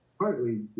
Partly